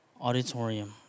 auditorium